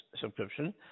subscription